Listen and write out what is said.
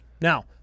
Now